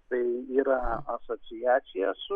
tai yra asociacija su